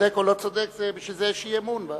צודק או לא צודק, בשביל זה יש אי-אמון בממשלה.